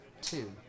two